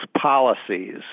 policies